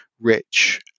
rich